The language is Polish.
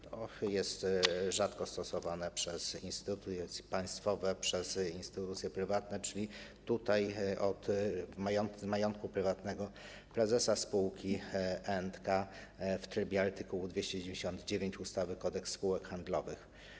To jest rzadko stosowane przez instytucje państwowe, przez instytucje prywatne, czyli tutaj jest to od majątku prywatnego prezesa spółki E&K w trybie art. 299 ustawy - Kodeks spółek handlowych.